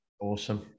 Awesome